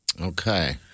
Okay